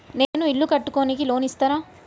నేను ఇల్లు కట్టుకోనికి లోన్ ఇస్తరా?